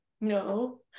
no